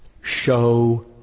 show